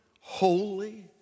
holy